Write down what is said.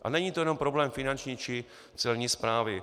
A není to jenom problém Finanční či Celní správy.